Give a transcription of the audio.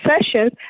sessions